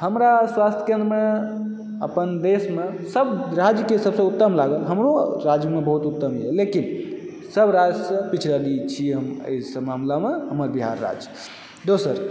हमरा स्वास्थ्य केन्द्रमे अपन देशमे सभ राज्यके सभसँ उत्तम लागल हमरो राज्यमे बहुत उत्तम यऽ लेकिन सभ राज्यसँ पिछड़ल छी हम एहिसभ मामलामे हमर बिहार राज्य दोसर